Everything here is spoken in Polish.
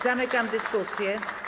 Zamykam dyskusję.